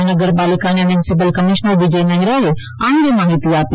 મહાનગર પાલિકાના municipal commissioner Vijay નહેરાએ આ અંગે માહિતી આપી